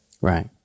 Right